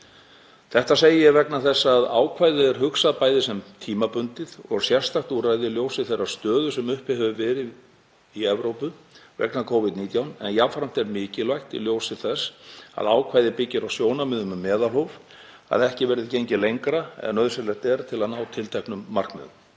Þetta segi ég vegna þess að ákvæðið er hugsað bæði sem tímabundið og sérstakt úrræði í ljósi þeirrar stöðu sem uppi hefur verið í Evrópu vegna Covid-19, en jafnframt er mikilvægt, í ljósi þess að ákvæðið byggir á sjónarmiðum um meðalhóf, að ekki verði gengið lengra en nauðsynlegt er til að ná tilteknum markmiðum.